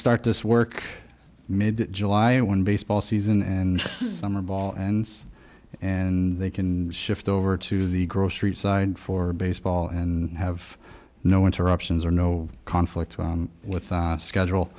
start this work mid july when baseball season and summer ball and and they can shift over to the grocery side for baseball and have no interruptions or no conflicts with the schedule